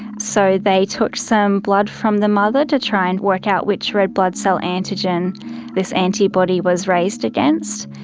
so they took some blood from the mother to try and work out which red blood cell antigen this antibody was raised against.